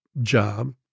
job